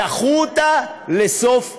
דחו אותה לסוף המושב.